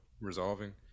resolving